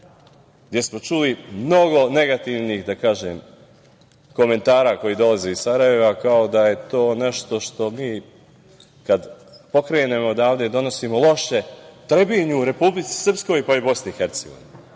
jer smo čuli mnogo negativnih, da kažem, komentara koji dolaze iz Sarajeva, kao da je to nešto što mi kad pokrenemo odavde, donosimo loše Trebinju, Republici Srpskoj, pa i BiH, kao